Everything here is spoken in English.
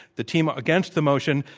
the team against the motion,